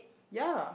ya